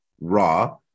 raw